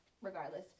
regardless